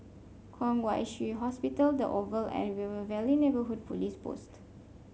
Kwong Wai Shiu Hospital the Oval and River Valley Neighbourhood Police Post